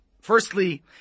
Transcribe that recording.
firstly